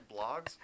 blogs